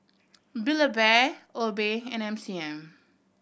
Build Bear Obey and M C M